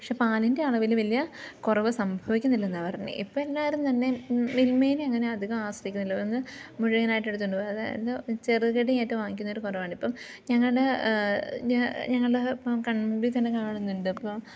പക്ഷെ പാലിൻ്റെ അളവിൽ വലിയ കുറവ് സംഭവിക്കുന്നില്ലെന്നു പറഞ്ഞത് ഇപ്പം എല്ലാവരും തന്നെ മിൽമേനങ്ങനെ അധികം ആശ്രയിക്കുന്നില്ല ഒന്ന് മുഴുവനായിട്ട് എടുത്തു കൊണ്ട് പോ അതായിരുന്നു ചെറുകടിയായിട്ട് വാങ്ങിക്കുന്നൊരു കുറവാണ് ഇപ്പം ഞങ്ങളുടെ ഞങ്ങളുടെ ഇപ്പം കൺമുൻപിൽ തന്നെ കാണുന്നുണ്ട് ഇപ്പം